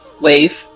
Wave